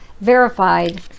verified